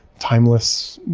timeless